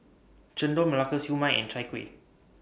Chendol Melaka Siew Mai and Chai Kuih